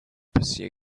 pursuit